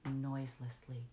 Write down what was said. noiselessly